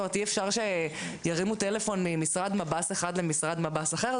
אי אפשר שירימו טלפון ממשרד מפקד בסיס אחד למשרד מפקד בסיס אחר?